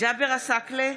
בעד ג'אבר עסאקלה,